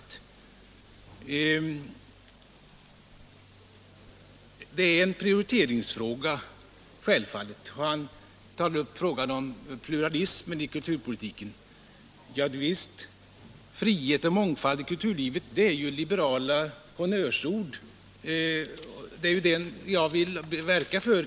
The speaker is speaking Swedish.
Det här är självfallet en prioriteringsfråga, liksom det mesta i anslagsväg. Herr Andersson tar upp frågan om pluralismen i kulturpolitiken. Javisst, friheten, mångfalden i kulturlivet är ju liberala honnörsord. Det är det jag vill verka för.